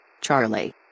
Charlie